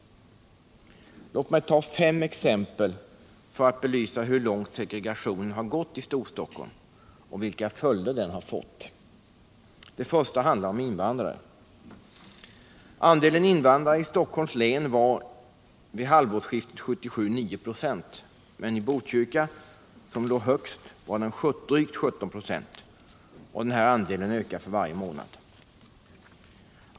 Låt mig ta fem exempel för att belysa hur långt segregationen har gått i Storstockholm och vilka följder den har fått. Det första exemplet handlar om invandrarna. Andelen invandrare i Stockholms län var 9 26 vid halvårsskiftet 1977. Men i Botkyrka, som låg högst, var den drygt 17 26, och den ökar för varje månad.